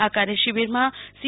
આ કાર્યશિબિરમાં સી